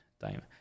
time